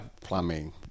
plumbing